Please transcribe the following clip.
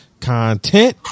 content